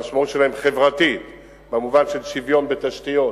המשמעות שלהם היא חברתית במובן של שוויון בתשתיות,